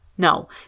No